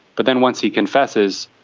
but then once he confesses,